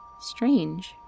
strange